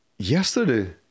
Yesterday